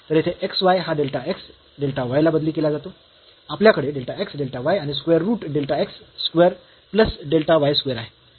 तर येथे x y हा डेल्टा x डेल्टा y ने बदली केला जातो आपल्याकडे डेल्टा x डेल्टा y आणि square root delta x square plus delta y square आहे